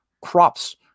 crops